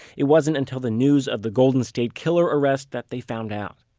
it wasn't until the news of the golden state killer arrest that they found out.